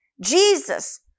Jesus